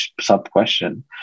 sub-question